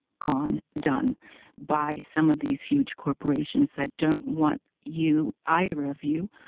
gone, done by some of these huge corporations that don't want you, either of you,